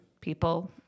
people